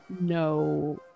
no